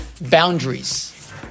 boundaries